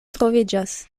troviĝas